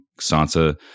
Sansa